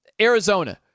Arizona